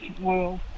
world